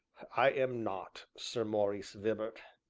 i am not sir maurice vibart.